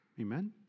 Amen